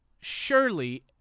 surely